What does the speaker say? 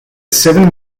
seven